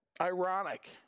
ironic